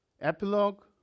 Epilogue